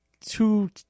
two